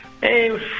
Hey